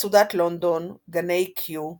מצודת לונדון, גני קיו;